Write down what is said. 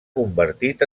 convertit